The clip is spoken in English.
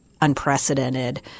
unprecedented